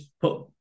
put